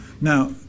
Now